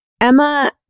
Emma